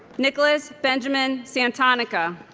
nicholas benjamin santonico